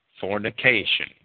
fornication